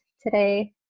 today